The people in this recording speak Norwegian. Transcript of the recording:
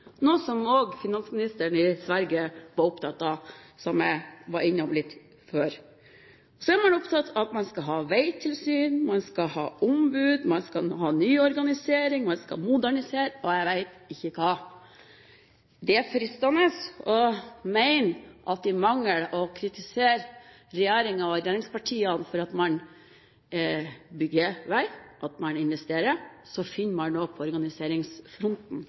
som også finansministeren i Sverige var opptatt av, som jeg var innom litt tidligere. Så er man opptatt av at man skal ha veitilsyn, ombud, nyorganisering, man vil modernisere og jeg vet ikke hva. Det er fristende å mene at i mangel av å kunne kritisere regjeringen og regjeringspartiene for at man bygger vei og investerer, finner man noe på organiseringsfronten